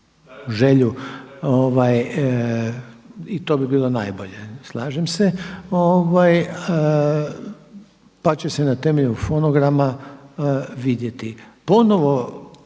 želju i to bi bilo najbolje, slažem se pa će se na temelju fonograma vidjeti.